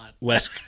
West